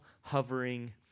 hovering